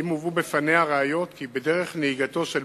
אם הובאו בפניה ראיות ש"בדרך נהיגתו של